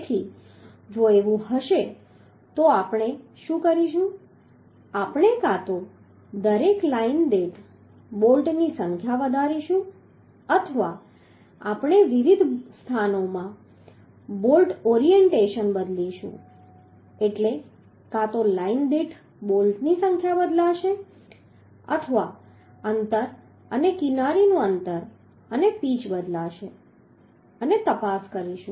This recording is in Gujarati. તેથી જો એવું હશે તો શું કરીશું આપણે કાં તો દરેક લાઇન દીઠ બોલ્ટની સંખ્યા વધારીશું અથવા આપણે વિવિધ સ્થાનોમાં બોલ્ટ ઓરિએન્ટેશન બદલીશું એટલે કાં તો લાઇન દીઠ બોલ્ટની સંખ્યા બદલાશે અથવા અંતર અને કિનારીનું અંતર અને પીચ બદલાશે અને તપાસ કરીશું